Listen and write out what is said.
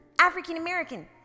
African-American